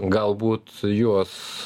galbūt juos